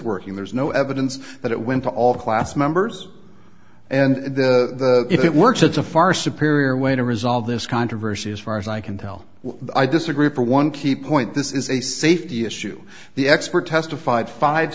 working there is no evidence that it went to all class members and if it works it's a far superior way to resolve this controversy as far as i can tell i disagree for one key point this is a safety issue the expert testified five